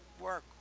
work